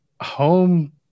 home